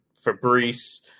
Fabrice